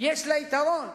יש יתרון,